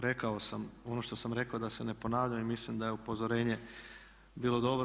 Rekao sam ono što sam rekao da se ne ponavljam i mislim da je upozorenje bilo dobro.